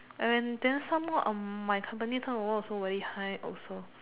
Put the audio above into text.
and then somemore um my company term of work also very high also